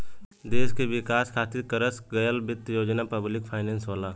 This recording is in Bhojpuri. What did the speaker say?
देश क विकास खातिर करस गयल वित्त योजना पब्लिक फाइनेंस होला